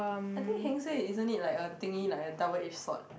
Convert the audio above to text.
I think heng suay isn't it like a thingy like a double edge sword